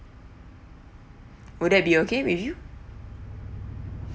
would that be okay with you